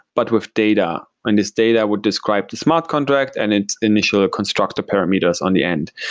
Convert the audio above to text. but with data, and this data would describe the smart contract and it initially constructs the parameters on the end.